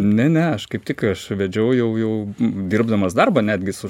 ne ne aš kaip tik aš vedžiau jau jau dirbdamas darbą netgi su